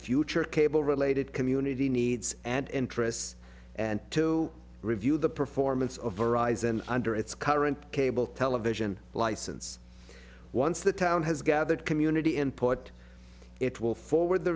future cable related community needs and interests and to review the performance of horizon under its current cable television license once the town has gathered community input it will forward the